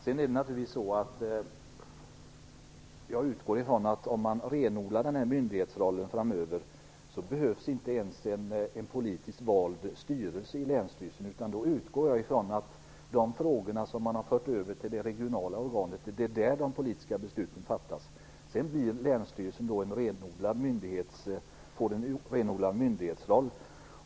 Sedan utgår jag från att om man renodlar den här myndighetsrollen framöver så kommer det inte ens att behövas en politiskt vald styrelse i länsstyrelsen. Jag förutsätter att sådana frågor förs över till det regionala organet och att det är där de politiska besluten fattas. Länsstyrelsen får då en renodlad myndighetsroll.